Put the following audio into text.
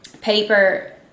paper